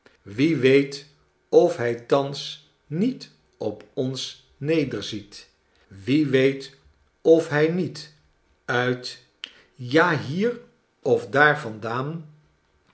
wie weet of hij thans niet op ons nederziet wie weet of hij niet uit ja hier of daar vandaan